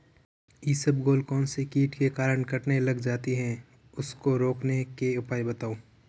इसबगोल कौनसे कीट के कारण कटने लग जाती है उसको रोकने के उपाय बताओ?